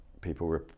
people